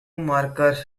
markers